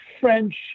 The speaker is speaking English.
French